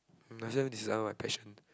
um this are my passion